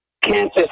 Kansas